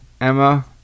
emma